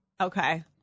Okay